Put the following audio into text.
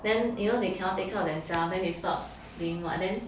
then you know they cannot take care of themselves then they stop being what then